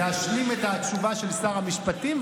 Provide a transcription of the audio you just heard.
להשלים את התשובה של שר המשפטים,